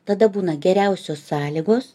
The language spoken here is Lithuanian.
tada būna geriausios sąlygos